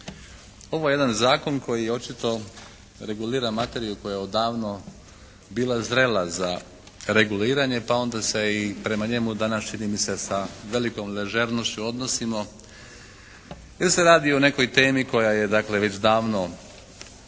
Ovo je jedan zakon koji očito regulira materiju koja je odavno bila zrela za reguliranje pa onda se i prema njemu danas čini mi se sa velikom ležernošću odnosimo jer se radi o nekoj temi koja je dakle već davno